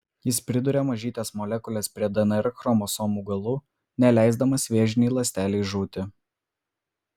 jis priduria mažytes molekules prie dnr chromosomų galų neleisdamas vėžinei ląstelei žūti